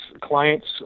clients